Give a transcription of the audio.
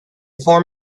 form